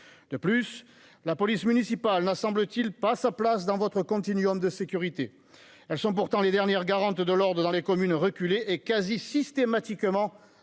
de plus, la police municipale n'a semble-t-il pas sa place dans votre continueront de sécurité, elles sont pourtant les dernières garante de l'ordre dans les communes reculé et quasi systématiquement les